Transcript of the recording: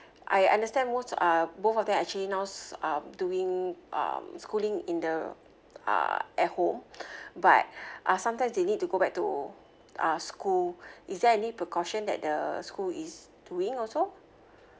I understand most uh both of them actually now um doing um schooling in the uh at home but uh sometimes they need to go back to uh school is there any precaution that the school is doing also